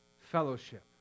Fellowship